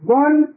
one